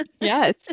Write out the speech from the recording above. Yes